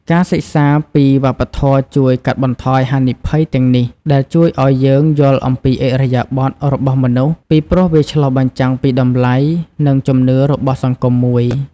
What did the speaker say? ការសិក្សាពីវប្បធម៌ជួយកាត់បន្ថយហានិភ័យទាំងនេះ ដែលជួយឲ្យយើងយល់អំពីឥរិយាបទរបស់មនុស្ស ពីព្រោះវាឆ្លុះបញ្ចាំងពីតម្លៃ និងជំនឿរបស់សង្គមមួយ។